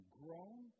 grown